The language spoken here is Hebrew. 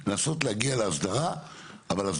ננסה להגיע לאסדרה ולא ל